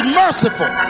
merciful